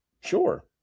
Sure